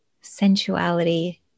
sensuality